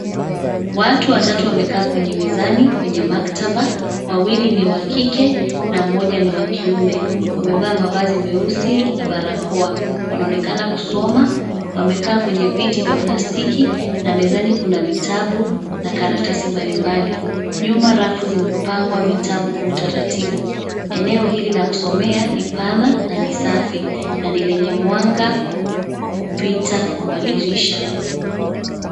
Watu watatu wamekaa kwenye mezani kwenye maktaba. Wawili ni wa kike na mmoja ni wa kiume. Wamevaa mavazi meusi na barakoa. Wanaonekana kusoma. Wamekaa kwenye viti vya plastiki na mezani kuna vitabu na karatasi mbalimbali. Nyuma rafu zimepangwa vitabu kwa utaratibu. Eneo hili la kusomea ni pana na ni safi na ni lenye mwanga kupita kwa madirisha.